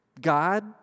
God